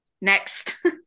next